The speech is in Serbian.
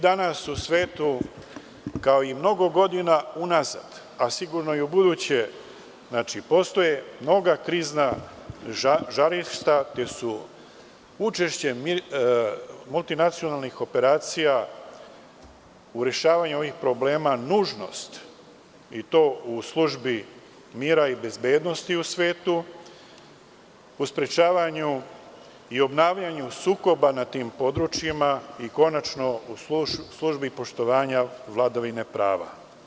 Danas u svetu kao i mnogo godina unazad, a sigurno i u buduće, postoje mnoga krizna žarišta, te su učešća u multinacionalnim operacijama, u rešavanju ovih problema nužnost i to u službi mira i bezbednosti u svetu, u sprečavanju i obnavljanju sukoba na tim područjima i konačno u službi poštovanja vladavine prava.